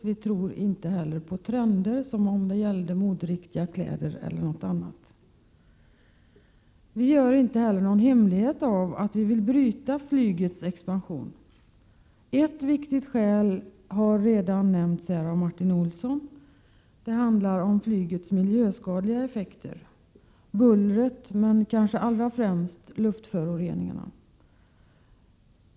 Vi tror inte heller på trender, som om det gällde moderiktiga kläder eller något liknande. Vi gör inte heller någon hemlighet av att vi vill bryta flygets expansion. Ett viktigt skäl har redan nämnts av Martin Olsson, nämligen flygets miljöskadliga effekter — bullret, men kanske allra främst luftföroreningarna.